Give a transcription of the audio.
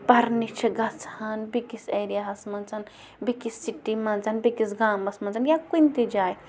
پَرنہِ چھِ گژھان بیٚکِس ایریاہَس منٛز بیٚکِس سِٹی مںٛز بیٚکِس گامَس منٛز یا کُنۍ تہِ جایہِ